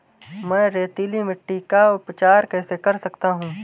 मैं रेतीली मिट्टी का उपचार कैसे कर सकता हूँ?